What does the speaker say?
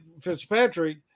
Fitzpatrick